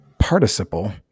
participle